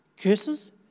curses